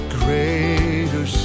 greater